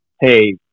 hey